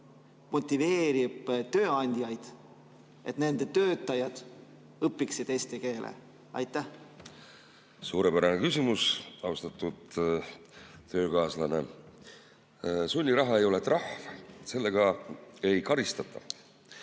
motiveerib tööandjaid, et nende töötajad õpiksid eesti keelt? Suurepärane küsimus, austatud töökaaslane! Sunniraha ei ole trahv, sellega ei karistata.